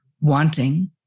wanting